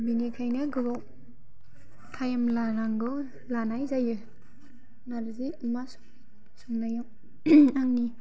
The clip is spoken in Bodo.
बेनिखायनो गोबाव टाइम लानांगौ लानाय जायो नारजि अमा संनायाव आंनि